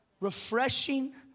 Refreshing